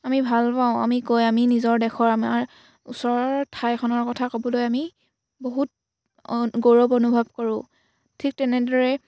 আমি ভাল পাওঁ আমি কৈ আমি নিজৰ দেশৰ আমাৰ ওচৰৰ ঠাইখনৰ কথা ক'বলৈ আমি বহুত অঁ গৌৰৱ অনুভৱ কৰোঁ ঠিক তেনেদৰে